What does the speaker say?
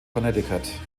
connecticut